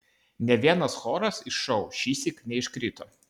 nė vienas choras iš šou šįsyk neiškrito